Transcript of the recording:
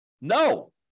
No